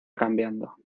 cambiando